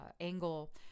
angle